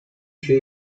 się